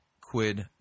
quid